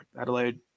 Adelaide